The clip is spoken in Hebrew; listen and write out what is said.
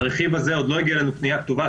הרכיב הזה עדיין לא הגיע לתוכנית העבודה.